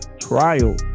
Trial